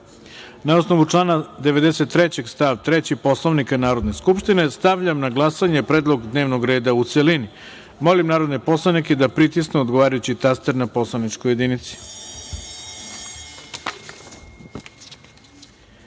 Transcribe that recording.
na osnovu člana 93. stav 3. Poslovnika Narodne skupštine, stavljam na glasanje predlog dnevnog reda u celini. Molim narodne poslanike da pritisnu odgovarajući taster na poslaničkoj